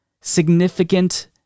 significant